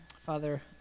Father